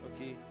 Okay